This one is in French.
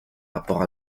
rapport